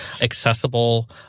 accessible